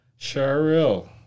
Cheryl